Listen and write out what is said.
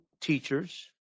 teachers